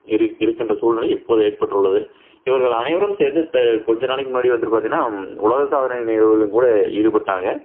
இருக்கின்ற சூழ்நிலை இப்போது ஏற்பட்டுள்ளது இவர்கள் அனைவரும் சேர்ந்து கொஞ்சம் முன்னாடி வந்துவிட்டு பார்த்திங்கன்னா உலக சாதனை நிகழ்வுலேயும் கூட ஈடுபட்டாங்க